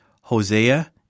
Hosea